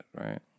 right